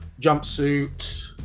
jumpsuit